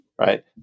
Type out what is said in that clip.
right